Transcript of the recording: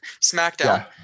smackdown